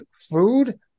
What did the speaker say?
food